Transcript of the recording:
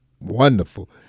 wonderful